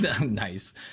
Nice